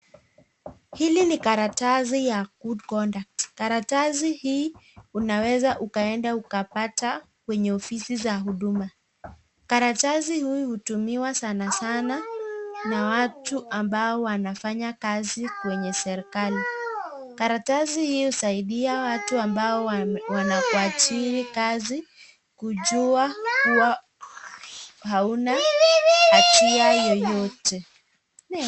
Hili ni karatasi ya good conduct . Karatasi hii unaweza ukaenda ukapata kwenye ofisi za huduma. Karatasi hii hutumiwa sana sana na watu ambao wanafanya kazi kwenye serikali. Karatasi hii husaidia watu ambao wanakuajiri kazi kujua kuwa hauna hatia yeyote.